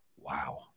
Wow